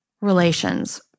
relations